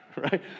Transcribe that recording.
right